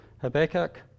Habakkuk